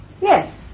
Yes